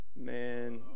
Man